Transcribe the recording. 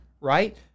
Right